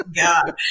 God